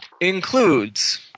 Includes